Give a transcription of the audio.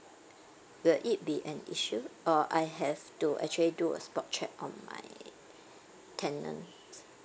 will it be an issue or I have to actually do a spot check on my tenants